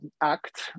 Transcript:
act